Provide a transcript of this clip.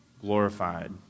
glorified